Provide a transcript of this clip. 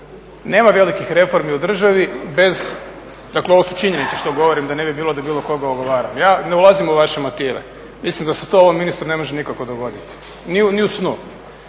Nema velikih reformi u državi bez, dakle ovo su činjenice što govorim da ne bi bilo da bilo koga ogovaram. Ja ne ulazim u vaše motive. Mislim da se to ovom ministru ne može nikako dogoditi ni u snu.